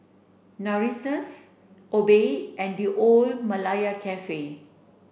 Narcissus Obey and The Old Malaya Cafe